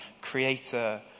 creator